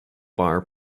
bar